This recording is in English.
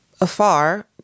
afar